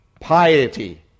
piety